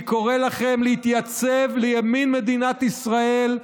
אני קורא לכם להתייצב לימין מדינת ישראל,